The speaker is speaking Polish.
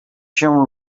się